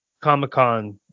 Comic-Con